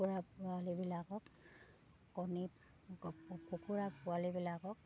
কুকুৰা পোৱালিবিলাকক কণী কুকুৰা পোৱালিবিলাকক